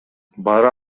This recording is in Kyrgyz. бара